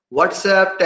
WhatsApp